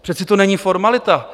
Přece to není formalita.